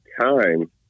time